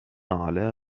على